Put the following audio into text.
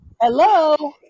Hello